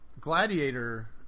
Gladiator